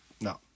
No